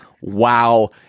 Wow